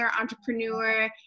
entrepreneur